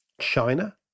China